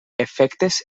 efectes